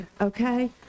okay